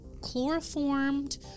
chloroformed